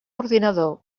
ordinador